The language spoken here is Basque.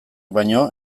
baino